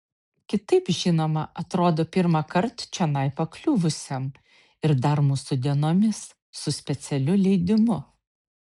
kitaip žinoma atrodo pirmąkart čionai pakliuvusiam ir dar mūsų dienomis su specialiu leidimu